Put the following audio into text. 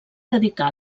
dedicar